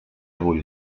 vull